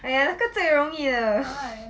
哎呀那个最容易的